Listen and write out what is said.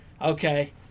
okay